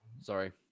Sorry